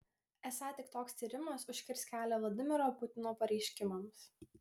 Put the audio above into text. esą tik toks tyrimas užkirs kelią vladimiro putino pareiškimams